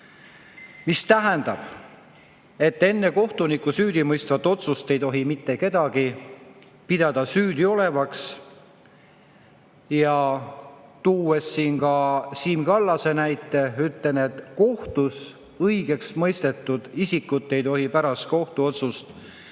See tähendab, et enne kohtuniku süüdimõistvat otsust ei tohi mitte kedagi pidada süüdi olevaks. Tuues siin Siim Kallase näite, ütlen, et kohtus õigeks mõistetud isikut ei tohi pärast kohtuotsust